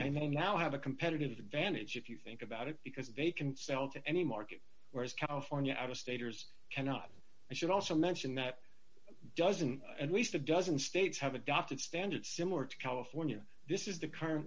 and then now have a competitive advantage if you think about it because they can sell to any market whereas california out of staters cannot i should also mention that doesn't at least a dozen states have adopted standards similar to california this is the current